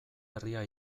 herria